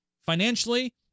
financially